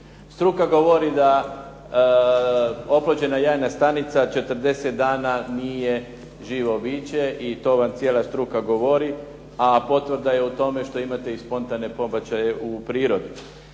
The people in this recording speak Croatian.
Struka govori da oplođena jajna stanica 40 dana nije živo biće i to vam cijela struka govori, a potvrda je u tome što imate i spontane pobačaje u prirodi.